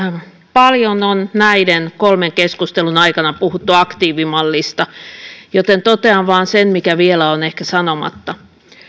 paljon on näiden kolmen keskustelun aikana puhuttu aktiivimallista joten totean vain sen mikä vielä on ehkä sanomatta